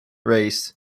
race